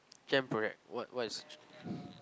gem project what what is